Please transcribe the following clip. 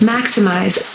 Maximize